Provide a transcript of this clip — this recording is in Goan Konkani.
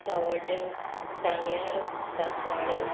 सावड्ड्यां सांग्यार सांकवाळे